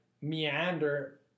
meander